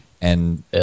And-